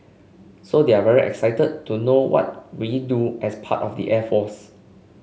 so they're very excited to know what we do as part of the air force